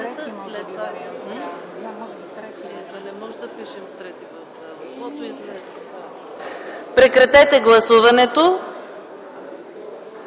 Прекратете гласуването